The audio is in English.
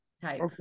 type